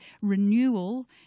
renewal